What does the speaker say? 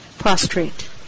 prostrate